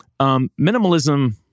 Minimalism